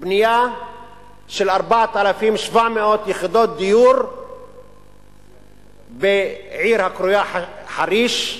בנייה של 4,700 יחידות דיור בעיר הקרויה חריש,